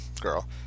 girl